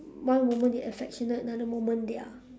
one moment they affectionate another moment they are